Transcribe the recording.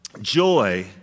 joy